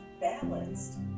balanced